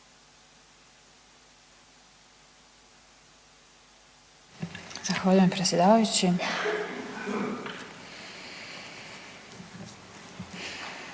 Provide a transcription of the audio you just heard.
Zahvaljujem predsjedavajući,